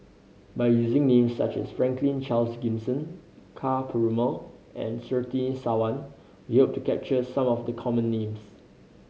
by using names such as Franklin Charles Gimson Ka Perumal and Surtini Sarwan we hope to capture some of the common names